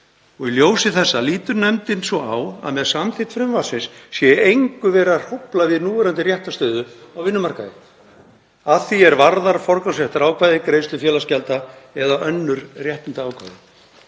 Í ljósi þessa lítur nefndin svo á að með samþykkt frumvarpsins sé í engu verið að hrófla við núverandi réttarstöðu á vinnumarkaði að því er varðar forgangsréttarákvæði, greiðslu félagsgjalda eða önnur réttindaákvæði.“